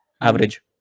average